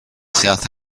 south